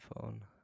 phone